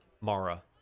mara